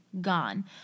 Gone